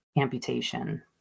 amputation